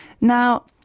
Now